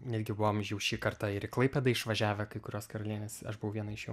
netgi buvom jau šį kartą ir į klaipėdą išvažiavę kai kurios karalienės aš buvau viena iš jų